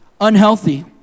unhealthy